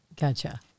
Gotcha